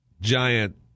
giant